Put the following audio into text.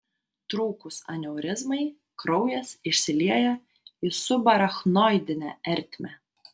trūkus aneurizmai kraujas išsilieja į subarachnoidinę ertmę